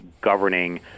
governing